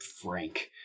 frank